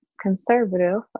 conservative